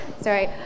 Sorry